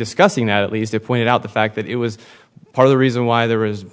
discussing at least it pointed out the fact that it was part of the reason why there is